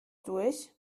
durch